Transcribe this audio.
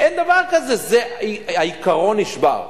אין דבר כזה, העיקרון נשבר.